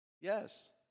Yes